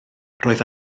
roedd